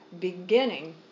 beginning